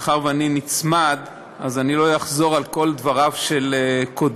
מאחר שאני נצמד אני לא אחזור על כל דבריו של קודמי.